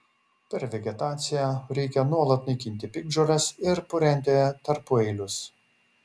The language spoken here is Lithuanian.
per vegetaciją reikia nuolat naikinti piktžoles ir purenti tarpueilius